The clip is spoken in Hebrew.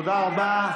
תודה רבה.